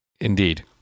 Indeed